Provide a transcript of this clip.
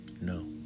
No